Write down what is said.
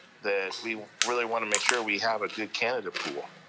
that we really wanna make sure we have a good candidate pool,